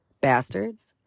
Bastards